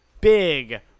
big